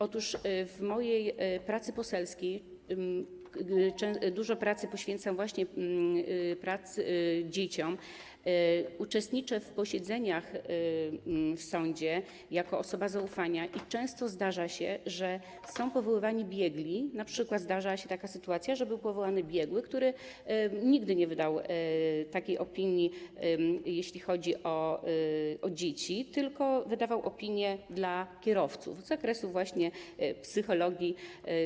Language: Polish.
Otóż w mojej pracy poselskiej dużo pracy poświęcam właśnie dzieciom, uczestniczę w posiedzeniach w sądzie jako osoba zaufania i często zdarza się, że są powoływani biegli, np. zdarzyła się taka sytuacja, że był powołany biegły, który nigdy nie wydał takiej opinii, jeśli chodzi o dzieci, tylko wydawał opinie dotyczące kierowców, właśnie z zakresu psychologii.